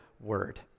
word